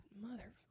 mother